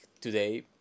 today